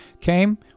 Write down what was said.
came